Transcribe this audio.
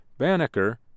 Banneker